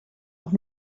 noch